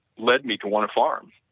led me to want to farm.